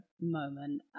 moment